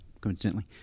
coincidentally